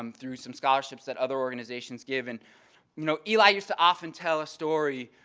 um through some scholarships that other organizations give. and you know eli used to often tell a story